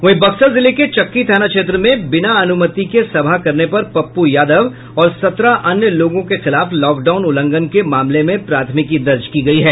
वहीं बक्सर जिले के चक्की थाना क्षेत्र में बिना अनुमति के सभा करने पर पप्पू यादव और सत्रह अन्य लोगों के खिलाफ लॉकडाउन उल्लंघन के मामले में प्राथमिकी दर्ज की गयी है